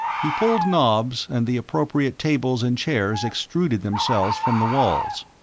he pulled knobs and the appropriate tables and chairs extruded themselves from the walls.